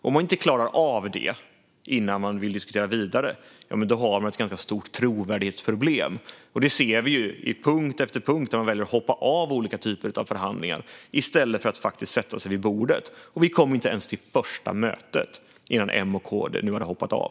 Om man inte klarar av det innan man vill diskutera vidare, då har man ett stort trovärdighetsproblem. Det ser vi i punkt efter punkt när man väljer att hoppa av olika typer av förhandlingar i stället för att sätta sig vid bordet. Vi kommer inte ens till första mötet innan M och KD har hoppat av.